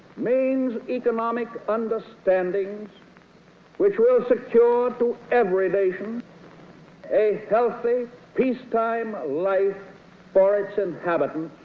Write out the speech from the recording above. means economic understandings which will secure to every nation a healthy peacetime life for its inhabitants,